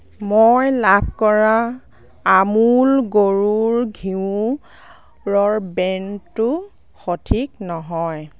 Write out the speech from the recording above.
মই লাভ কৰা আমুল গৰুৰ ঘিউৰ ব্ৰেণ্ডটো সঠিক নহয়